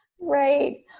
Right